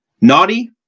naughty